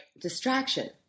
distraction